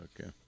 Okay